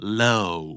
low